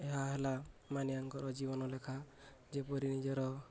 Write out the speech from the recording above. ଏହା ହେଲା ମାନିଆଙ୍କର ଜୀବନ ଲେଖା ଯେପରି ନିଜର